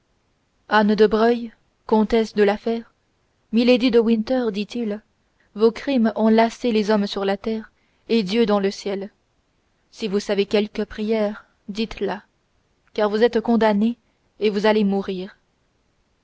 anne de breuil comtesse de la fère milady de winter dit-il vos crimes ont lassé les hommes sur la terre et dieu dans le ciel si vous savez quelque prière dites-la car vous êtes condamnée et vous allez mourir